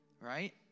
right